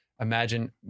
imagine